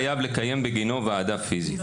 חייבים לקיים בגינו ועדה פיזית.